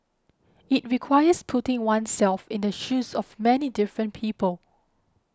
it requires putting oneself in the shoes of many different people